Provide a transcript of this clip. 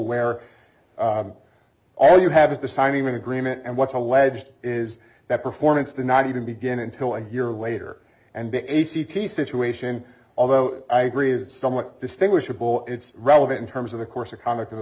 where all you have is the signing an agreement and what's alleged is that performance they're not even begin until a year later and being a c t situation although i agree is somewhat distinguishable it's relevant in terms of the course of conduct of the